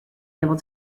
able